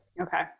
Okay